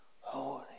holy